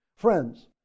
Friends